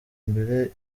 imbere